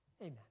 amen